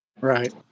right